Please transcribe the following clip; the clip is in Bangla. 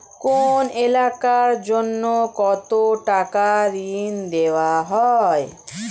কোন এলাকার জন্য কত টাকা ঋণ দেয়া হয়?